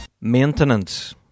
Maintenance